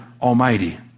Almighty